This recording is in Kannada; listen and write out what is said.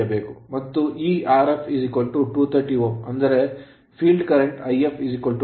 ಮತ್ತು ಈ Rf230 Ω ಅಂದರೆ field ಕ್ಷೇತ್ರ current current If 230 230 1 Ampere ampere